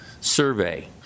survey